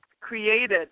created